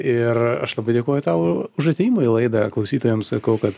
ir aš labai dėkoju tau už atėjimą į laidą klausytojams sakau kad